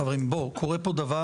חברים בואו, קורה פה דבר.